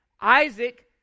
Isaac